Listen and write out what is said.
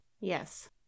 Yes